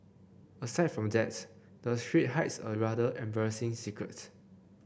aside from that the street hides a rather embarrassing secrets